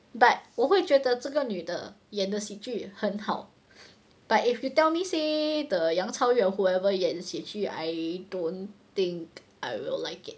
but 我会觉得这个女的演的喜剧很好 but if you tell me say the 杨超越 or whoever 演喜剧 I don't think I will like it